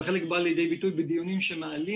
וחלק בא לידי ביטוי בדיונים שמעלים